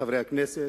חברי הכנסת,